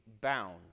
bound